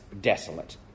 desolate